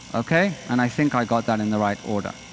okay? and i think i got that in the right order.